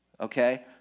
okay